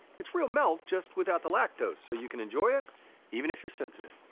it's real milk, just without the lactose, so you can enjoy it even if you're sensitive.